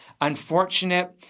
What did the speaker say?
unfortunate